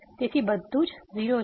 તેથી બધું 0 છે